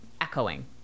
echoing